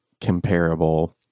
comparable